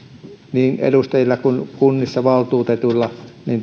niin edustajilla kuin kunnissa valtuutetuilla